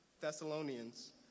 Thessalonians